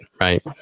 right